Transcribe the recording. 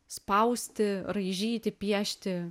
spausti raižyti piešti